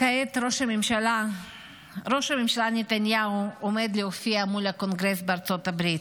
כעת ראש הממשלה נתניהו עומד להופיע מול הקונגרס בארצות הברית.